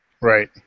Right